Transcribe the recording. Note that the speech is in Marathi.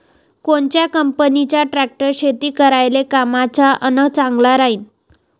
कोनच्या कंपनीचा ट्रॅक्टर शेती करायले कामाचे अन चांगला राहीनं?